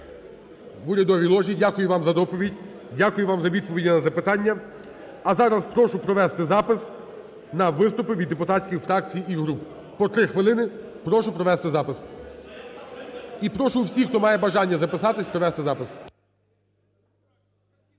урядовій ложі. Дякую вам за доповідь. Дякую вам за відповіді на запитання. А зараз прошу провести запис на виступи від депутатських фракцій і груп – по три хвилини. Прошу провести запис. І прошу всіх, хто має бажання записатись, провести запис.